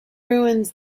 ruins